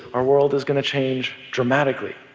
our world is going to change dramatically.